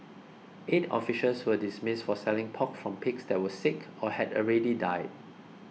eight officials were dismissed for selling pork from pigs that were sick or had already died